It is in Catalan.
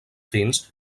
fins